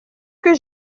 que